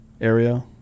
area